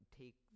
take